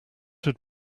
had